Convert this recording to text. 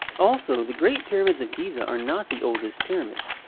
also, the great pyramids of giza are not the oldest pyramids.